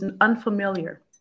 unfamiliar